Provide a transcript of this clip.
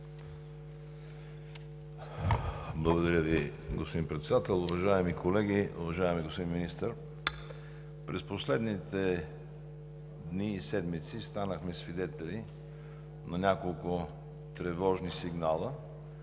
Благодаря Ви, господин Председател. Уважаеми колеги, уважаеми господин Министър! През последните дни и седмици станахме свидетели на няколко тревожни сигнала